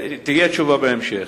תהיה תשובה בהמשך.